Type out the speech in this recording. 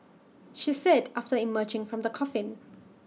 she said after emerging from the coffin